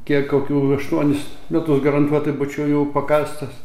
kiek kokių aštuonis metus garantuotai būčiau jau pakastas